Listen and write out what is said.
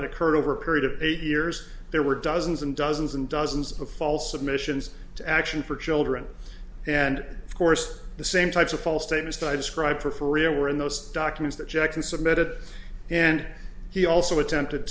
occurred over a period of eight years there were dozens and dozens and dozens of false submissions to action for children and of course the same types of false statements that i described for ferriera were in those documents that jackson submitted and he also attempted